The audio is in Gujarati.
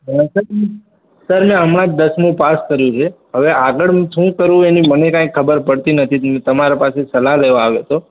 હું સર સર મેં હમણાં જ દસમુ પાસ કર્યું છે હવે આગળ હું શું કરું એની મને કાંઈ ખબર પડતી નથી જેથી તમારા પાસેથી સલાહ લેવા આવ્યો હતો